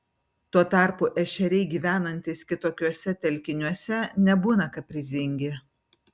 tuo tarpu ešeriai gyvenantys kitokiuose telkiniuose nebūna kaprizingi